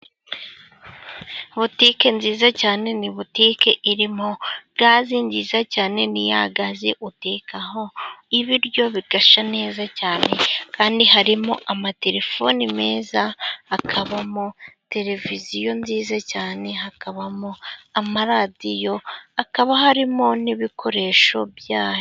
Butike nziza cyane, ni butike iririmo gaze nziza cyane, ni ya gazi utekaho ibiryo bigashya neza cyane, kandi harimo amatelefone meza, hakabamo televiziyo nziza cyane, hakabamo amaradiyo, hakaba harimo n'ibikoresho byayo.